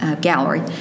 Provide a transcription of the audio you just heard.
Gallery